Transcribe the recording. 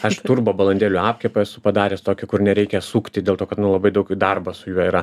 aš turbo balandėlių apkepą esu padaręs tokį kur nereikia sukti dėl to kad nu labai daug darbo su juo yra